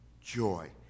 joy